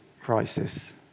crisis